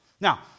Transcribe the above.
Now